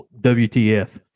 WTF